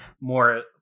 more